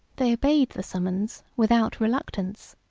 they obeyed the summons without reluctance.